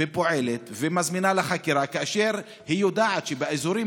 ופועלת ומזמינה לחקירה כאשר היא יודעת שבאזורים